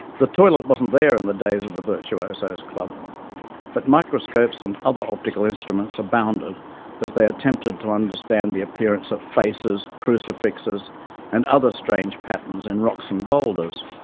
the toilet wasn't there in the days of the virtuoso's club but microscopes and other optical instruments abounded as they attempted to understand the appearance of faces, crucifixes and other strange patterns in and rocks and boulders.